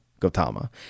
Gautama